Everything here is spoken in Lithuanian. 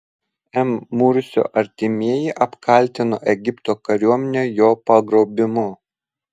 m mursio artimieji apkaltino egipto kariuomenę jo pagrobimu